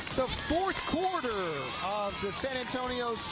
the fourth quarter of the san antonio